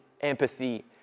empathy